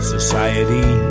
Society